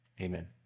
Amen